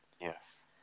Yes